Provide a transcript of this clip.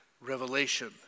revelation